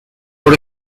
por